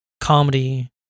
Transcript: comedy